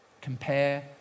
Compare